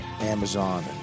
Amazon